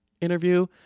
interview